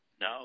no